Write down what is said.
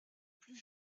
plus